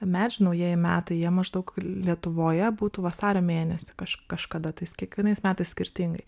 medž naujieji metai jie maždaug lietuvoje būtų vasario mėnesį kaž kažkada tais kiekvienais metais skirtingai